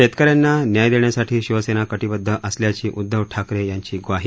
शेतकऱ्यांना न्याय देण्यासाठी शिवसेना कटिबद्ध असल्याची उद्धव ठाकरे यांची ग्वाही